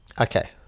Okay